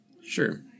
Sure